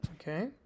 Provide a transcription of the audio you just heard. Okay